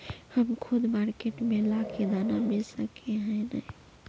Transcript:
हम खुद मार्केट में ला के दाना बेच सके है नय?